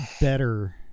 better